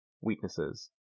weaknesses